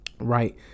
right